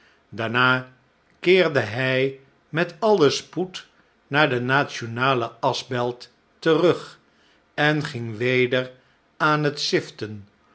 daarna keerde hij met alien spoed naar de uationale aschbelt terug en ging weder aan het ziften